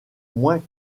moins